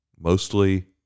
mostly